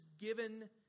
given